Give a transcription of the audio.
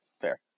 fair